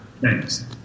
Thanks